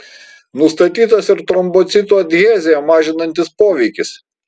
nustatytas ir trombocitų adheziją mažinantis poveikis